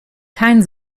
kein